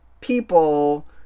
people